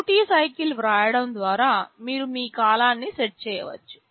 duty cycle వ్రాయడం ద్వారా మీరు మీ కాలాన్ని సెట్ చేయవచ్చు